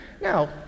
Now